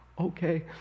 okay